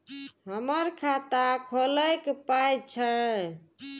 हमर खाता खौलैक पाय छै